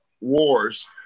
wars